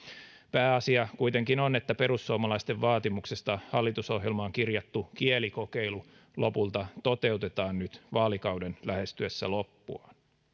pääasia kuitenkin on että perussuomalaisten vaatimuksesta hallitusohjelmaan kirjattu kielikokeilu lopulta toteutetaan nyt vaalikauden lähestyessä loppuaan